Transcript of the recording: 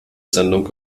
sendung